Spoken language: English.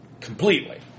completely